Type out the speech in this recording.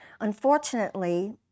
Unfortunately